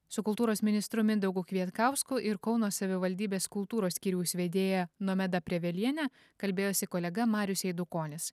su kultūros ministru mindaugu kvietkausku ir kauno savivaldybės kultūros skyriaus vedėja nomeda preveliene kalbėjosi kolega marius eidukonis